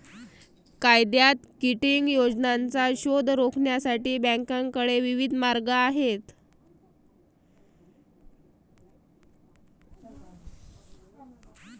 कायद्यात किटिंग योजनांचा शोध रोखण्यासाठी बँकांकडे विविध मार्ग आहेत